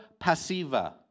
passiva